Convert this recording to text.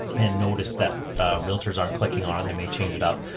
and notice that a realtors aren't clicking on or they may change it up.